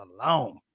alone